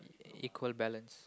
equal balance